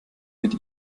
mit